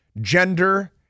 gender